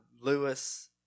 Lewis